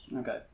Okay